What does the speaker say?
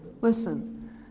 listen